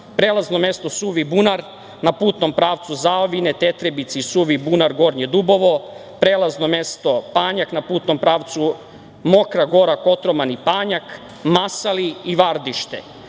prelazno mesto „Suvi bunar“ na putnom pravcu Zaovine – Tetrebici i Suvi bunar – Gornje Dubovo, prelazno mesto Panjak, na putnom pravcu Mokra Gora – Kotromani i Panjak, Masali i Vardište,